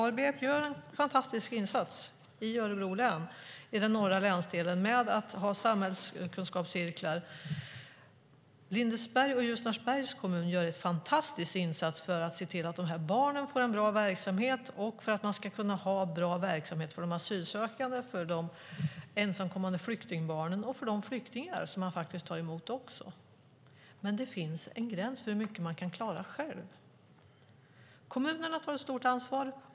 ABF gör en fantastisk insats i den norra länsdelen i Örebro län med att ha samhällskunskapscirklar. Lindesbergs och Ljusnarsbergs kommuner gör en fantastisk insats för att se till att se till att barnen får en bra verksamhet, för att kunna ha en bra verksamhet för de asylsökande, för de ensamkommande flyktingbarnen och också för de flyktingar som de tar emot. Men det finns en gräns för hur mycket de kan klara själva. Kommunerna tar ett stort ansvar.